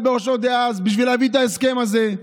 בראשו דאז בשביל להביא את ההסכם הזה.